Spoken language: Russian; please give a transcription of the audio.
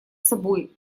собой